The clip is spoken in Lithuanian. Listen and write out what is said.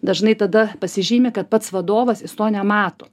dažnai tada pasižymi kad pats vadovas jis to nemato